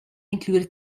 incluir